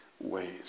ways